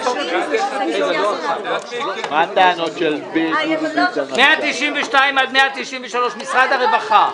פניות מס' 192 עד 193, משרד הרווחה.